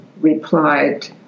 replied